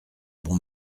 bon